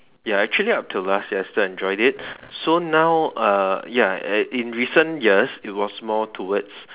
ya actually up till last year still enjoyed it so now uh ya in in recent years it was more towards